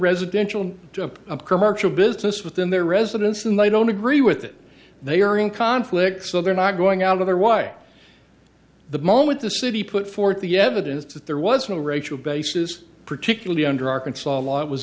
commercial business within their residence and they don't agree with it they are in conflict so they're not going out of there why the moment the city put forth the evidence that there was no racial basis particularly under arkansas